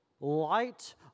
Light